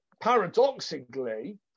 paradoxically